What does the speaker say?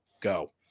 go